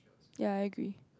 ya I agree